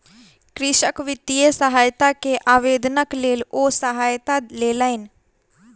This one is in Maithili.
कृषक वित्तीय सहायता के आवेदनक लेल ओ सहायता लेलैन